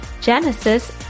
Genesis